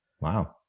Wow